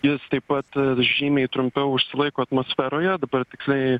jos taip pat žymiai trumpiau užsilaiko atmosferoje dabar tiksliai